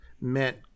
meant